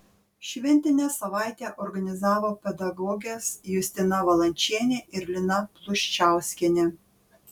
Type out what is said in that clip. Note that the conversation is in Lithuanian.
šventinę savaitę organizavo pedagogės justina valančienė ir lina pluščiauskienė